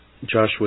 Joshua